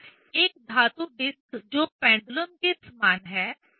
तो एक धातु डिस्क जो पेंडुलम के समान है